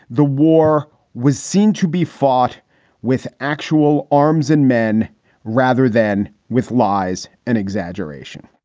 the war was seen to be fought with actual arms and men rather than with lies and exaggeration